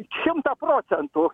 šimtą procentų